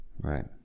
right